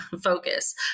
focus